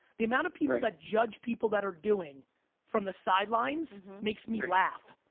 the amount of people that judge people that are doing from the sidelines makes me laugh.